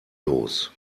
los